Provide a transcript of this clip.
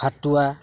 ଫାଟୁଆ